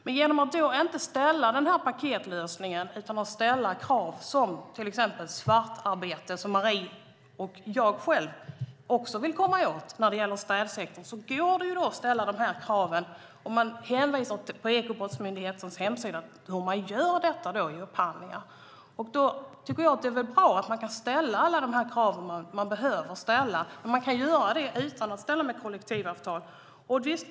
Vill man inte ha denna paketlösning men vill ställa krav på att minska svartarbetet, som både Marie och jag vill komma åt när det gäller städsektorn, kan man på Ekobrottsmyndighetens hemsida få veta hur man gör vid upphandlingar. Det är väl bra att man kan ställa krav utan att tvingas till kollektivavtal.